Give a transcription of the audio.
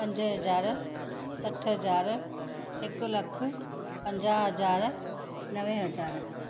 पंज हज़ार सठि हज़ार हिकु लखु पंजाहु हज़ार नवे हज़ार